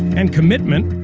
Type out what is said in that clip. and commitment,